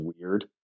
weird